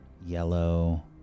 yellow